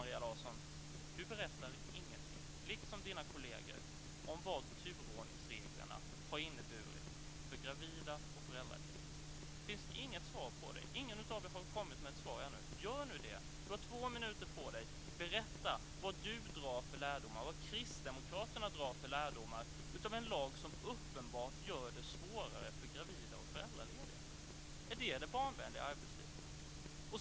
Maria Larsson berättar ingenting, liksom hennes kolleger, om vad turordningsreglerna har inneburit för gravida och föräldralediga. Det finns inget svar. Ingen av er har kommit med ett svar än. Gör det. Maria Larsson har två minuter på sig att berätta vad hon drar för lärdomar, vad Kristdemokraterna drar för lärdomar, av en lag som uppenbart gör det svårare för gravida och föräldralediga. Är det det barnvänliga arbetslivet?